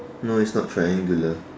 no it's not triangular